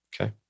Okay